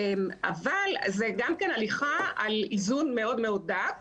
אבל זה גם כן הליכה על איזון מאוד מאוד דק.